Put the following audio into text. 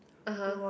(uh huh)